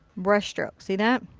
brushstroke. see that?